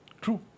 True